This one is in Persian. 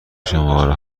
شماره